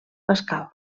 pascal